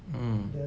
mm